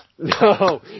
No